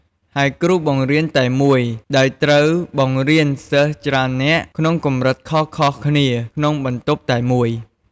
ហើយគ្រូបង្រៀនតែមួយ ដោយត្រូវបង្រៀនសិស្សច្រើននាក់ ក្នុងកម្រិតខុសៗគ្នាក្នុងបន្ទប់តែមួយ។